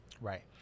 Right